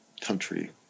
country